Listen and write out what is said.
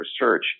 research